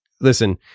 listen